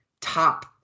top